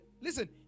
listen